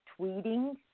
tweeting